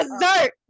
Dessert